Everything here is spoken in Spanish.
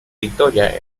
victoria